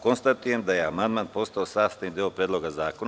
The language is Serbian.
Konstatujem da je amandman postao sastavni deo Predloga zakona.